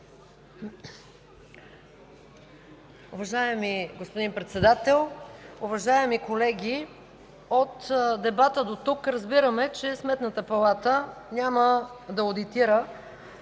Уважаеми господин Председател, уважаеми колеги, от дебата дотук разбираме, че Сметната палата няма да одитира